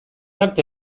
arte